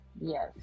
Yes